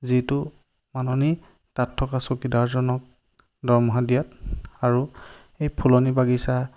যিটো মাননি তাত থকা চকীদাৰজনক দৰমহা দিয়াত আৰু এই ফুলনি বাগিচা